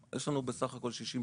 יש לנו בסך הכול 60,